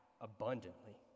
abundantly